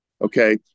Okay